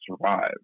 survive